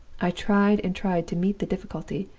i tried and tried to meet the difficulty,